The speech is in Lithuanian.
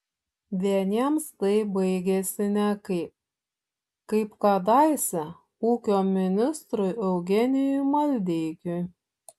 vieniems tai baigiasi nekaip kaip kadaise ūkio ministrui eugenijui maldeikiui